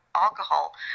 alcohol